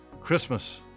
Christmas